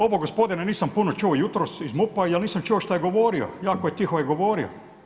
Ovaj gospodin, nisam puno čuo jutros, iz MUP-a jer nisam čuo šta je govorio, jako tiho je govorio.